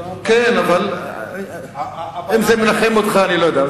אז אולי, כן, אבל אם זה מנחם אותך, אני לא יודע.